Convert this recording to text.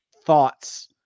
thoughts